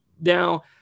Now